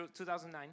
2009